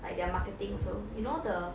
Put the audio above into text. like their marketing also you know the